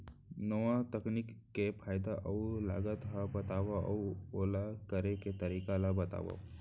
नवा तकनीक के फायदा अऊ लागत ला बतावव अऊ ओला करे के तरीका ला बतावव?